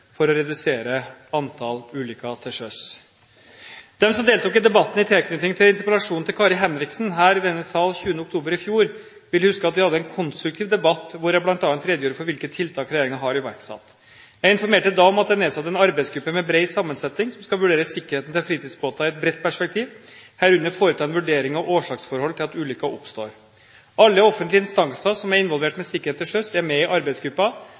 for å redusere antall ulykker til sjøs. De som deltok i debatten i tilknytning til interpellasjonen til Kari Henriksen her i denne sal 20. oktober i fjor, vil huske at vi hadde en konstruktiv debatt der jeg bl.a. redegjorde for hvilke tiltak regjeringen har iverksatt. Jeg informerte da om at det er nedsatt en arbeidsgruppe med bred sammensetning som skal vurdere sikkerheten til fritidsbåter i et bredt perspektiv, herunder foreta en vurdering av årsaker til at ulykker oppstår. Alle offentlige instanser som er involvert i sikkerhet til sjøs, er med i